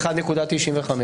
ח"כ.